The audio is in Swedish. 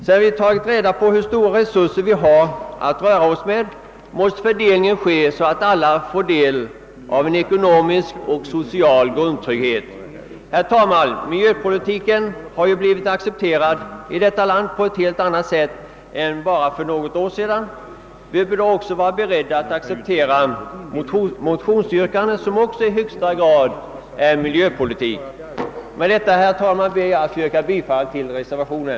Sedan vi tagit reda på hur stora resurser vi har att röra oss med, måste fördelningen ske så att alla får del av en ekonomisk och social grundtrygghet. Herr talman! Miljöpolitiken har blivit accepterad i detta land på ett helt annat sätt än för bara något år sedan. Vi bör då också vara beredda att acceptera motionsyrkandet, som i hög grad gäller miljöpolitiken. Med detta, herr talman, ber jag att få yrka bifall till reservationen.